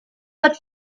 but